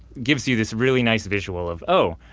gives you this really nice visual of, oh,